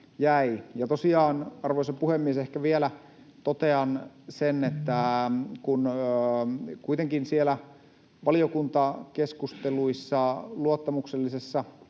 Arvoisa puhemies! Ehkä vielä totean sen, että kun kuitenkin siellä valiokuntakeskusteluissa luottamuksellisessa